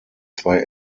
zwei